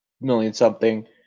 million-something